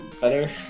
better